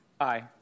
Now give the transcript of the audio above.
Aye